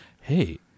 hey